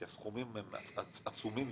כי הסכומים הם עצומים,